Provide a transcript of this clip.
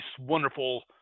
wonderful